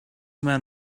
man